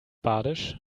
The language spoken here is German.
badisch